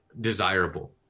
desirable